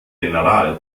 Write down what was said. general